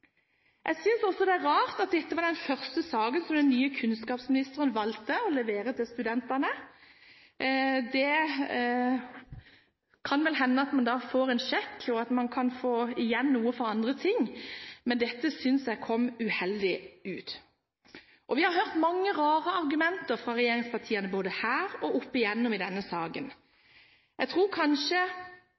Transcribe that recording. Jeg synes også det er rart at dette var den første saken som den nye kunnskapsministeren valgte å levere til studentene. Det kan vel hende at man da får en sjekk, og at man kan få igjen noe for andre ting, men dette synes jeg kom uheldig ut. Vi har hørt mange rare argumenter fra regjeringspartiene – både her og opp igjennom – i denne saken. Kanskje et av de merkeligste argumentene jeg